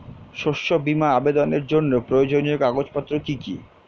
শস্য বীমা আবেদনের জন্য প্রয়োজনীয় কাগজপত্র কি কি?